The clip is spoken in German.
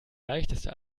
leichteste